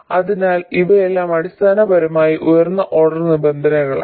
അതിനാൽ ഇവയെല്ലാം അടിസ്ഥാനപരമായി ഉയർന്ന ഓർഡർ നിബന്ധനകളാണ്